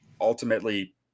ultimately